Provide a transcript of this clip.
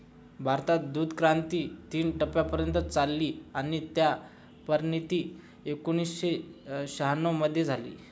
भारतात दूधक्रांती तीन टप्प्यांपर्यंत चालली आणि त्याची परिणती एकोणीसशे शहाण्णव मध्ये झाली